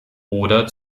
oder